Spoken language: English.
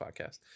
podcast